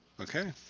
Okay